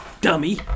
Dummy